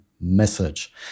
message